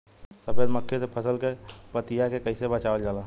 सफेद मक्खी से फसल के पतिया के कइसे बचावल जाला?